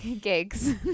gigs